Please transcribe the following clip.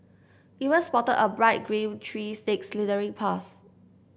even spotted a bright green tree snake slithering past